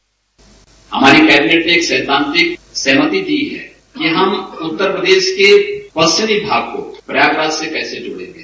bite हमारी cabinet ने एक सैद्धांतिक सहमति दी है कि हम उत्तर प्रदेश के पश्चिमी भाग को प्रयागराज से कैसे जोड़ेंगे